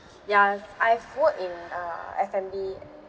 ya I've I've worked in uh F and B